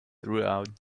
throughout